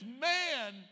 man